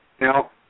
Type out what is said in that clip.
Now